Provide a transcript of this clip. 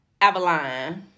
Avaline